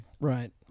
Right